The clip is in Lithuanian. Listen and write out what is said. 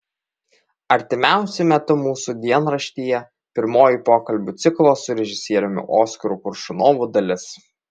artimiausiu metu mūsų dienraštyje pirmoji pokalbių ciklo su režisieriumi oskaru koršunovu dalis